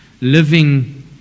living